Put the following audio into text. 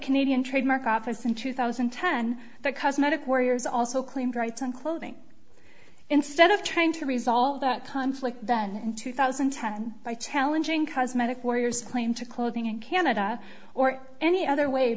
canadian trademark office in two thousand and ten that cosmetic warriors also claimed rights and clothing instead of trying to resolve that conflict in two thousand and ten by challenging cosmetic warrior's claim to clothing in canada or any other way